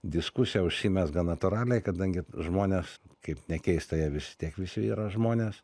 diskusija užsimezga natūraliai kadangi žmonės kaip nekeista jie vis tiek visi yra žmonės